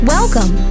Welcome